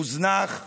מוזנח ובזוי.